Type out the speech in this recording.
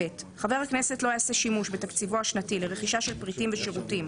"(ב) חבר הכנסת לא יעשה שימוש בתקציבו השנתי לרכישה של פריטים ושירותים,